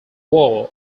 war